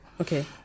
Okay